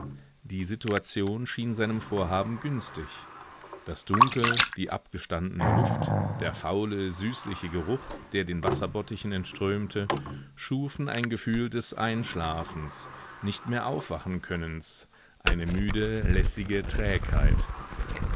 die situation schien seinem vorhaben günstig das dunkel die abgestandene luft der faule süßliche geruch der den wasserbottichen entströmte schufen ein gefühl des einschlafens nichtmehraufwachenkönnens eine müde lässige trägheit